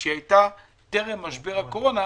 היא הייתה טרם משבר הקורונה.